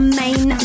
main